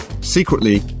Secretly